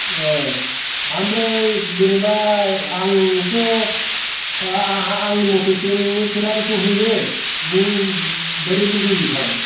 औ आमफ्राय जेनोबा आंथ' आंनि मथेसो नोंनो सेलारिखौ होयो नों बोरै लुबैयो फालाय